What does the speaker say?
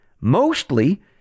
mostly